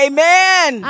Amen